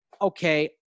okay